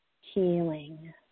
healing